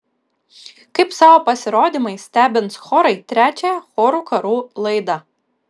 kaip savo pasirodymais stebins chorai trečiąją chorų karų laidą